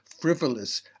frivolous